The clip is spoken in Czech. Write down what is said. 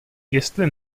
jestli